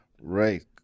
Right